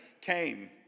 came